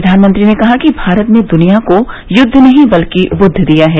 प्रधानमंत्री ने कहा कि भारत ने दुनिया को युद्ध नहीं बल्कि बुद्ध दिया है